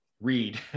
read